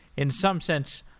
in some sense,